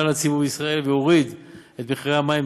הציבור בישראל והוריד את מחירי המים,